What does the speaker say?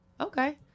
Okay